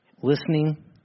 listening